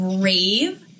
brave